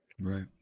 right